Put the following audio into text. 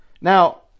Now